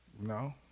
No